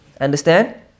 Understand